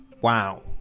Wow